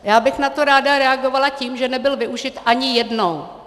Já bych na to ráda reagovala tím, že nebyl využit ani jednou.